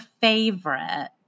favorite